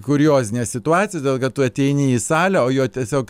kuriozinė situacija todėl kad tu ateini į salę o jo tiesiog